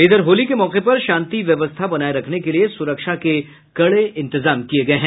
इधर होली के मौके पर शांति व्यवस्था बनाये रखने के लिए सुरक्षा के कड़े इंतजाम किये गये हैं